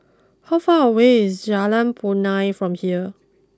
how far away is Jalan Punai from here